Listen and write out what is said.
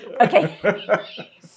Okay